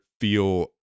feel